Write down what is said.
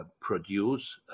produce